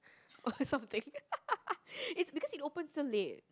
or something it's because it opens till late